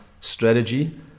strategy